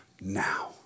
now